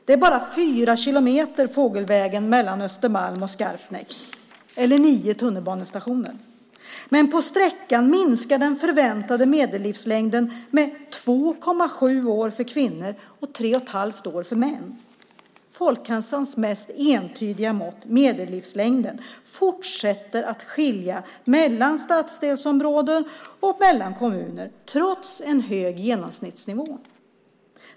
Det är bara fyra kilometer fågelvägen mellan Östermalm och Skarpnäck, eller nio tunnelbanestationer, men på sträckan minskar den förväntade medellivslängden med 2,7 år för kvinnor och 3,5 år för män. Folkhälsans mest entydiga mått, medellivslängden, fortsätter att skilja mellan stadsdelsområden och mellan kommuner, trots en hög genomsnittsnivå.